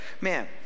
Man